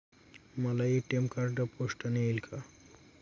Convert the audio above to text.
मला ATM card पोस्टाने येईल का?